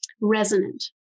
resonant